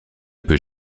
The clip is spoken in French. peut